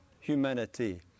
humanity